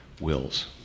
wills